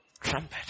trumpet